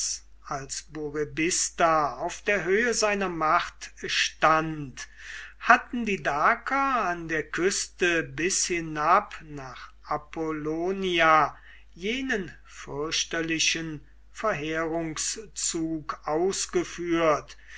als burebista auf der höhe seiner macht stand hatten die daker an der küste bis hinab nach apollonia jenen fürchterlichen verheerungszug ausgeführt